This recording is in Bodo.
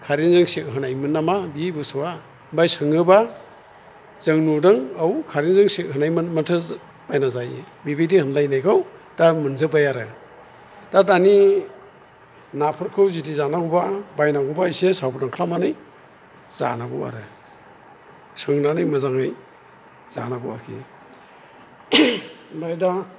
खारेनजों सेक होनायमोन नामा बियो बुस्थुआ ओमफ्राय सोङोबा जों नुदों औ खारेनजोंसो होनायमोन माथो बायनानै जायो बेबायदि होनलायनायखौ दा मोनजोबबाय आरो दा दानि नाफोरखौ जुदि जानांगौबा एसे साबदान खालामनानै जानांगौ आरो सोंनानै मोजाङै जानांगौ ओमफ्राय दा